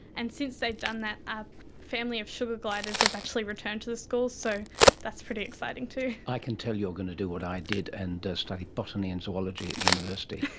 and since they've done that a family of sugar gliders has actually returned to the school, so that's pretty exciting too. i can tell you're going to do what i did and study botany and zoology at university.